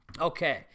Okay